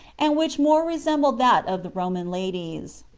and which more resembled that of the roman ladies.